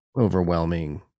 overwhelming